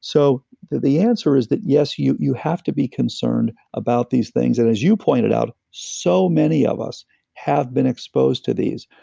so the the answer is that yes, you you have to be concerned about these things. and as you pointed out, so many of us have been exposed to these.